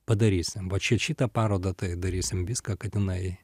padarysim va čia šitą parodą tai darysime viską kad jinai